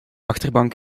achterbank